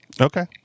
Okay